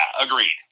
agreed